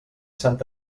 sant